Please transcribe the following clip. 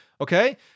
Okay